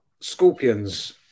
scorpions